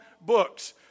books